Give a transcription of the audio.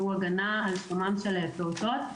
שהוא הגנה על שלומם של פעוטות,